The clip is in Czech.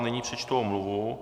Nyní přečtu omluvu.